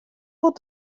wol